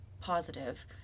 positive